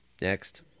Next